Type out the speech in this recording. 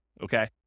okay